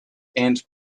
and